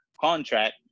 contract